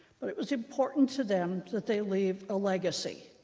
but it was important to them that they leave a legacy.